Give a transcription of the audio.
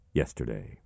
yesterday